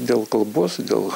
dėl kalbos dėl